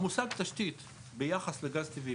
המושג 'תשתית' ביחס לגז טבעי,